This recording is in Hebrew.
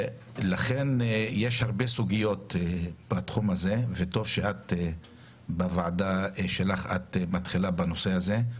יש הרבה סוגיות בתחום הזה וטוב שאת מתחילה בוועדה שלך בנושא הזה.